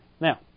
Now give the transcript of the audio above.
Now